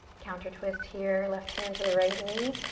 counter twist here. left hand to the right knee.